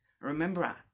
remember